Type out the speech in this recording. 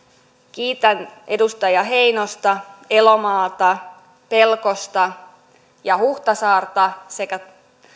kiitän edustaja heinosta elomaata pelkosta ja huhtasaarta sekä